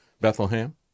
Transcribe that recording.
Bethlehem